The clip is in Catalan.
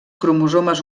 cromosomes